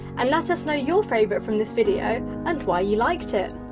and let us know your favorite from this video and why you liked it.